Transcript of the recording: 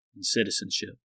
citizenship